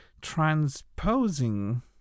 transposing